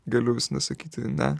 galiu visada sakyti ne